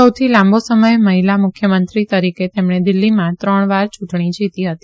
સૌથી લાંબો સમય મહિલા મુખ્યમંત્રી તરીકે તેમણે દિલ્હીમાં ત્રણ વાર ચુંટણી જીતી હતી